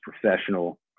professional